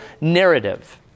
narrative